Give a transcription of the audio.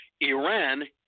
Iran